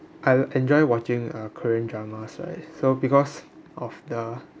I will enjoy watching uh korean dramas right so because of the